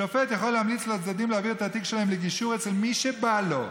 שופט יכול להמליץ לצדדים להעביר את התיק שלהם לגישור אצל מי שבא לו.